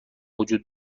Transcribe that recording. وجود